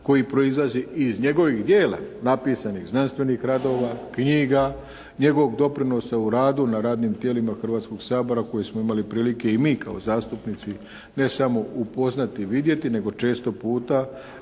koji proizlazi i iz njegovih djela napisanih, znanstvenih radova, knjiga, njegovog doprinosa na radu na radnim tijelima Hrvatskog sabora koji smo imali prilike i mi kao zastupnici ne samo upoznati i vidjeti, nego često puta